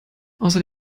außer